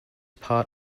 part